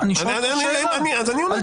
אני שואל שאלה על דבריך.